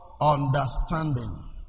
understanding